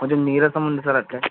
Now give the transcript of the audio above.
కొంచెం నీరసం ఉంది సార్ అట్లే